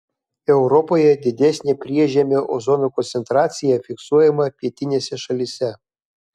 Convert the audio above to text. europoje didesnė priežemio ozono koncentracija fiksuojama pietinėse šalyse